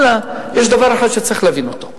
אלא יש דבר אחד שצריך להבין אותו: